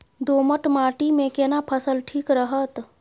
दोमट माटी मे केना फसल ठीक रहत?